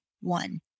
one